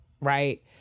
right